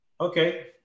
Okay